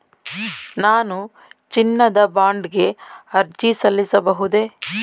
ನಾನು ಚಿನ್ನದ ಬಾಂಡ್ ಗೆ ಅರ್ಜಿ ಸಲ್ಲಿಸಬಹುದೇ?